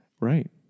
Right